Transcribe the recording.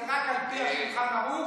זה רק על פי שולחן ערוך,